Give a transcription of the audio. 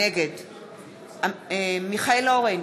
נגד מיכאל אורן,